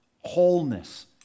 Wholeness